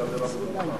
כבוד היושב-ראש,